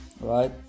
right